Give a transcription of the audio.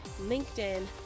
LinkedIn